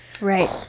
Right